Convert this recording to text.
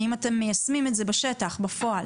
האם אתם מיישמים את זה בשטח בפועל?